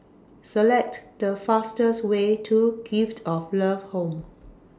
Select The fastest Way to Gift of Love Home